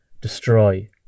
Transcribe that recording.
destroy